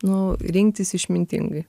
nu rinktis išmintingai